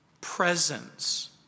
presence